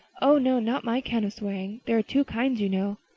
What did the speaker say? oh no, not my kind of swearing. there are two kinds, you know.